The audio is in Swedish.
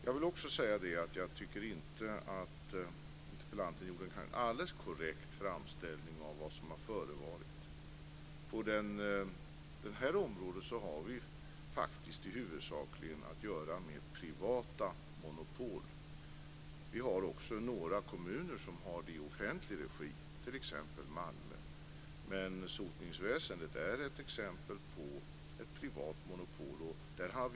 Jag vill också säga att jag inte tycker att interpellanten gjorde en alldeles korrekt framställning av vad som har förevarit. På detta område har vi huvudsakligen att göra med privata monopol. Vi har också några kommuner som bedriver verksamheten i offentlig regi, t.ex. Malmö. Sotningsväsendet är exempel på ett privat monopol.